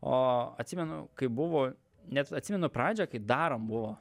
o atsimenu kai buvo net atsimenu pradžią kai darom buvo